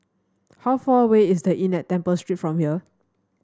how far away is The Inn at Temple Street from here